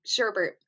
sherbert